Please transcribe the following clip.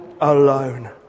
alone